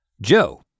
Joe